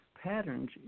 patterns